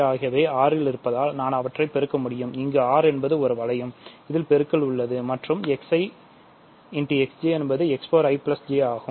ஆகையால் என்பது x i j ஆகும்